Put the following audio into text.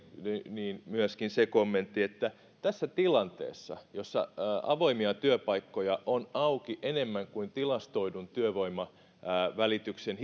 myöskin se kommentti että tässä tilanteessa jossa avoimia työpaikkoja on auki enemmän kuin tilastoidun työvoimavälityksen